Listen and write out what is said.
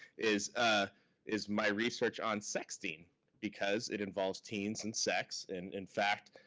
is ah is my research on sexting because it involves teens and sex, and, in fact,